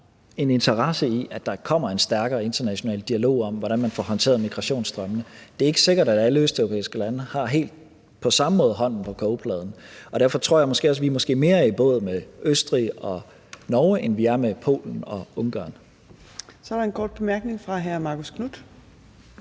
en interesse i, at der kommer en stærkere international dialog om, hvordan man får håndteret migrationsstrømmene. Det er ikke sikkert, at alle østeuropæiske lande helt på samme måde har hånden på kogepladen, og derfor tror jeg måske også, at vi er mere i båd med Østrig og Norge, end vi er med Polen og Ungarn. Kl. 14:14 Fjerde næstformand